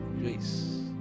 grace